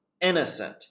innocent